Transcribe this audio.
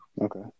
Okay